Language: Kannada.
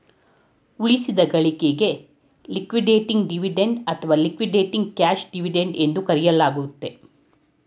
ಉಳಿಸಿದ ಗಳಿಕೆ ಲಿಕ್ವಿಡೇಟಿಂಗ್ ಡಿವಿಡೆಂಡ್ ಅಥವಾ ಲಿಕ್ವಿಡೇಟಿಂಗ್ ಕ್ಯಾಶ್ ಡಿವಿಡೆಂಡ್ ಎಂದು ಕರೆಯಲಾಗುತ್ತೆ